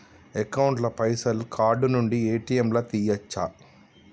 Account ల పైసల్ card నుండి ఏ.టి.ఎమ్ లా తియ్యచ్చా?